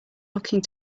looking